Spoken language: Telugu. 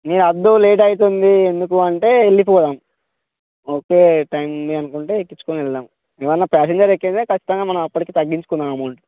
ఏ వద్దు లేట్ అవుతుంది ఎందుకు అంటే వెళ్ళిపోదాం ఓకే టైం ఉంది అనుకుంటే ఎక్కించుకొని వెళ్దాం ఏమన్నా ప్యాసింజర్ ఎక్కితే ఖచ్చితంగా మనం అక్కడికి తగ్గించుకుందాం అమౌంటు